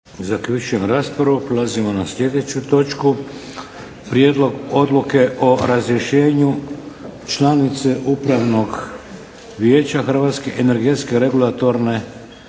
(HDZ)** Prelazimo na sljedeću točku - Prijedlog Odluke o razrješenju članice Upravnog vijeća Hrvatske energetske regulatorne